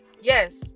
Yes